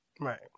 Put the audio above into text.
Right